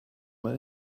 man